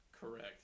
Correct